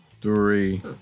three